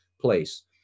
place